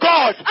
God